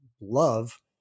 love